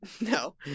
no